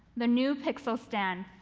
the new pixel stand.